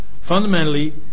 Fundamentally